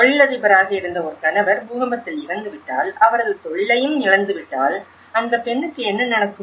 தொழிலதிபராக இருந்த ஒரு கணவர் பூகம்பத்தில் இறந்துவிட்டால் அவரது தொழிலையும் இழந்துவிட்டால் அந்தப் பெண்ணுக்கு என்ன நடக்கும்